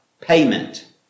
payment